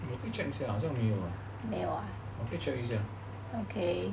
我可以 check 一下好像没有 ah 我可以 check